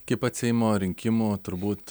ki pat seimo rinkimų turbūt